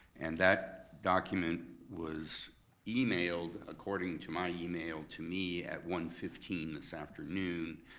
and that document was emailed according to my email to me at one fifteen this afternoon.